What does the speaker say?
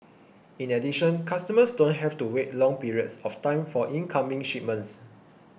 in addition customers don't have to wait long periods of time for incoming shipments